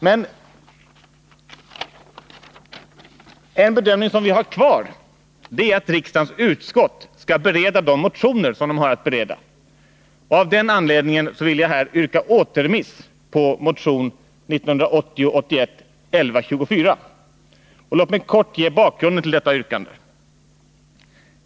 Men en bedömning som vi har kvar är att riksdagens utskott skall bereda de motioner som de har att bereda. Av den anledningen vill jag här yrka återremiss på motion 1980/81:1124. Låt mig kort ange bakgrunden till detta yrkande.